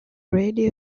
radio